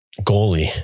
Goalie